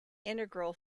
integral